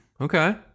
Okay